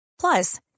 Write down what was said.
Plus